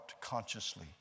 consciously